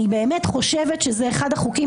אני באמת חושבת שזה אחד החוקים,